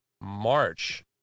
March